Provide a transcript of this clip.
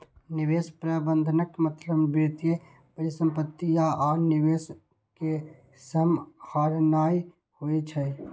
निवेश प्रबंधनक मतलब वित्तीय परिसंपत्ति आ आन निवेश कें सम्हारनाय होइ छै